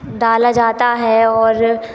डाला जाता है और